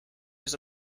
his